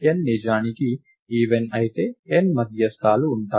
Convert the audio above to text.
n నిజానికి even అయితే 2 మధ్యస్థాలు ఉంటాయి